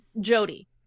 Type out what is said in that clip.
Jody